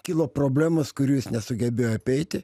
kilo problemos kurių jisnesugebėjo apeiti